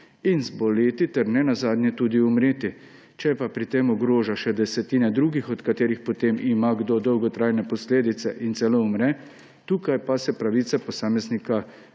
in zboleti ter nenazadnje tudi umreti. Če pa pri tem ogroža še desetine drugih, od katerih potem ima kdo dolgotrajne posledice in celo umre, tu pa se pravice posameznika